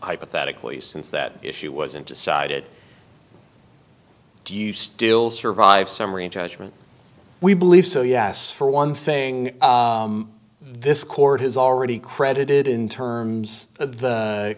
hypothetically since that issue wasn't decided do you still survive summary judgment we believe so yes for one thing this court has already credited in terms of